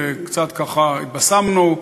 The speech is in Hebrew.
וקצת, ככה, התבשמנו,